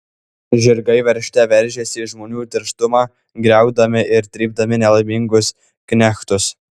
žirgai veržte veržėsi į žmonių tirštumą griaudami ir trypdami nelaimingus knechtus